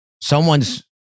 someone's